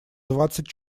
двадцать